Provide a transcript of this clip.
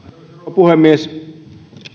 puhemies